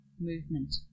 movement